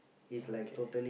okay